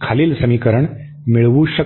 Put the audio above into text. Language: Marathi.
खालील समीकरण मिळवू शकते